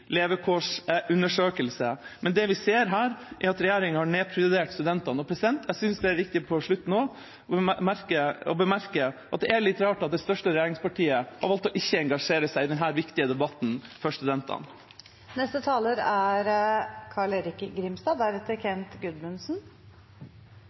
levekårsundersøkelse, men det vi ser her, er at regjeringa har nedprioritert studentene. Jeg syns det er viktig til slutt nå å bemerke at det er litt rart at det største regjeringspartiet har valgt å ikke engasjere seg i denne viktige debatten for studentene. Jeg tar ordet for å stille et par spørsmål om det som er